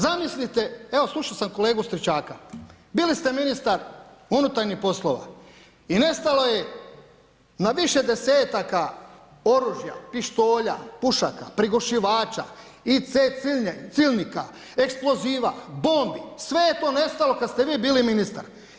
Zamislite, evo slušao sam kolegu Stričaka, bili ste ministar unutarnjih poslova i nestalo je na više 10-taka oružja, pištolja, pušaka, prigušivača i … eksploziva, bombi, sve je to nestalo kada ste vi bili ministar.